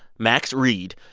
max read,